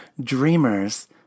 Dreamers